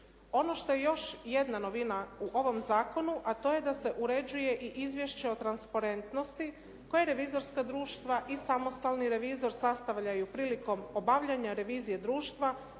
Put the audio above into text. Ono što je još jedna novina u ovom zakonu, a to je da se uređuje i izvješće o transparentnosti koje revizorska društva i samostalni revizor sastavljaju prilikom obavljanja revizije društva